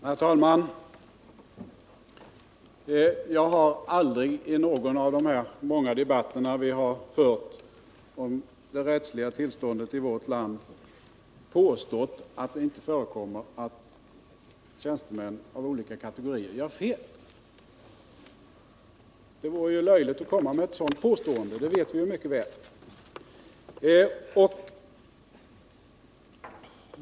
Herr talman! Jag har aldrig i någon av de många debatter vi har fört om det rättsliga tillståndet i vårt land påstått att det inte förekommer att tjänstemän av olika kategorier gör fel. Det vore ju löjligt att komma med ett sådant påstående, det vet vi alla mycket väl.